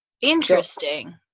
Interesting